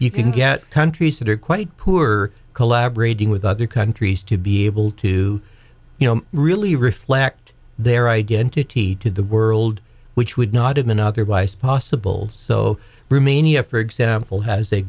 you can get countries that are quite poor collaborating with other countries to be able to you know really reflect their identity to the world which would not have been otherwise possible so rumania for example has a